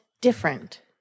different